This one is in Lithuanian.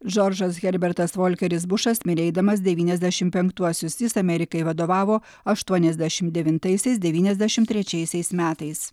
džordžas herbertas volkeris bušas mirė eidamas devyniasdešimt penktuosius jis amerikai vadovavo aštuoniasdešimt devintaisiais devyniasdešimt trečiaisiais metais